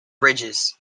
bridges